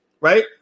Right